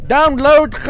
Download